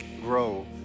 grow